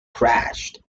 crashed